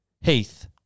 Heath